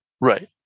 Right